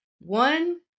one